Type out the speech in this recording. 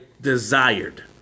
desired